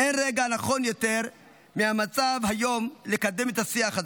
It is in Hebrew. אין רגע נכון יותר מהמצב היום לקדם את השיח הזה,